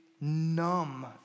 numb